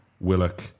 Willock